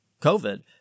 covid